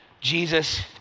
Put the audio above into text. Jesus